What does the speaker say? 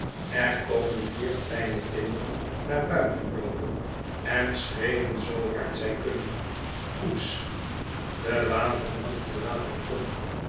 er komen vier kleine kinderen naar buiten loopen en schreeuwen zoo hard zij kunnen koets de waterman verlaat de pomp